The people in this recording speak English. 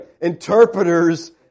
interpreter's